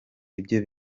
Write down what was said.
ibyo